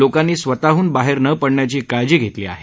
लोकांनी स्वतःडून बाहेर न पडण्याची काळजी घेतली आहे